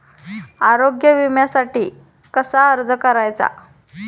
आरोग्य विम्यासाठी कसा अर्ज करायचा?